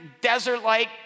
desert-like